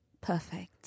Perfect